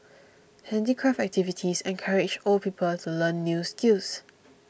handicraft activities encourage old people to learn new skills